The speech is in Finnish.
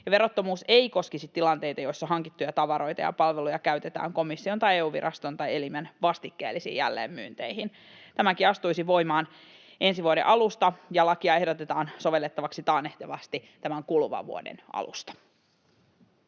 Verottomuus ei koskisi tilanteita, joissa hankittuja tavaroita ja palveluja käytetään komission tai EU-viraston tai ‑elimen vastikkeellisiin jälleenmyynteihin. Tämäkin astuisi voimaan ensi vuoden alusta, ja lakia ehdotetaan sovellettavaksi taannehtivasti tämän kuluvan vuoden alusta.